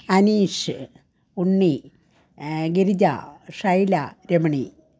Aneesh Unni Girija Shaila Ramani